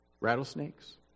Rattlesnakes